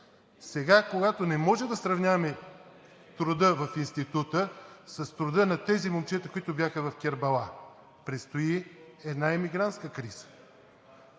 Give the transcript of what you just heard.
Сега, когато не може да сравняваме труда в института с труда на тези момчета, които бяха в Кербала, предстои една емигрантска криза,